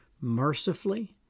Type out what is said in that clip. mercifully